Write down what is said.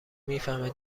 میفهمه